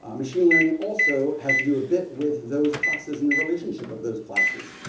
um machine learning also has to do a bit with those classes and the relationship of those classes,